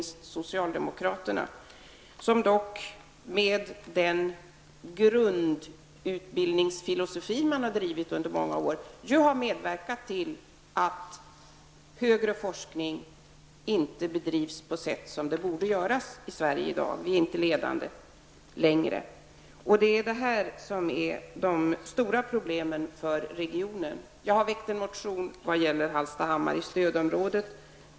Socialdemokraterna har emellertid, med den grundutbildningsfilosofi som de har drivit under många år, medverkat till att högre forskning inte bedrivs på ett sådant sätt som den borde i Sverige i dag. Sverige är inte längre ledande på detta område. Detta är de stora problemen för regionen. Jag har väckt en motion som gäller Hallstahammars inplacering i stödområdet.